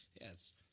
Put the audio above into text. yes